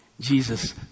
Jesus